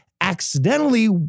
accidentally